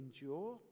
endure